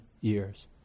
years